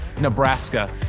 Nebraska